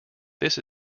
this